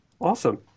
Awesome